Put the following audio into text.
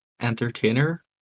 Entertainer